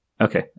Okay